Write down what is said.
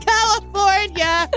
California